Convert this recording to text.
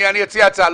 אני אציע הצעה.